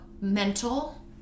mental